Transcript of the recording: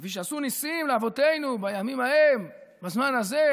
כפי שעשו ניסים לאבותינו בימים ההם בזמן הזה,